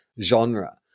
genre